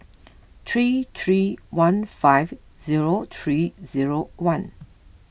three three one five zero three zero one